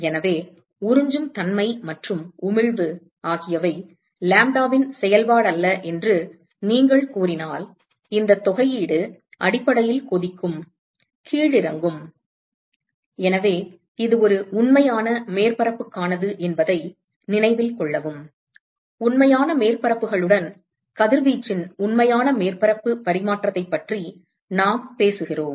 எனவே உறிஞ்சும் தன்மை மற்றும் உமிழ்வு ஆகியவை லாம்ப்டாவின் செயல்பாடல்ல என்று நீங்கள் கூறினால் இந்த தொகையீடு அடிப்படையில் கொதிக்கும் கீழிறங்கும் எனவே இது ஒரு உண்மையான மேற்பரப்புக்கானது என்பதை நினைவில் கொள்ளவும் உண்மையான மேற்பரப்புகளுடன் கதிர்வீச்சின் உண்மையான மேற்பரப்பு பரிமாற்றத்தைப் பற்றி நாம் பேசுகிறோம்